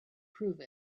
prove